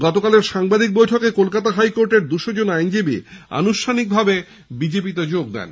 গতকালের সাংবাদিক বৈঠকে কলকাতা হাইকোর্টের দুশোজন আইনজীবী আনুষ্ঠানিকভাবে বিজেপিতে যোগ দেন